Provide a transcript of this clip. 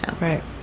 Right